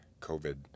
covid